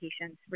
patients